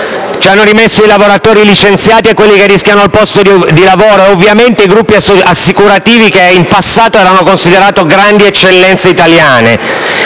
Ci hanno rimesso i lavoratori licenziati e quelli che rischiano il posto di lavoro e, ovviamente, i gruppi assicurativi che in passato erano considerati grandi eccellenze italiane.